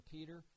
Peter